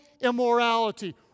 immorality